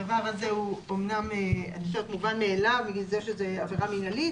הדבר הזה מובן מאליו בגלל שזאת עבירה מינהלית